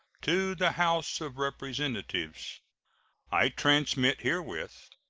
to the house of representatives i transmit herewith,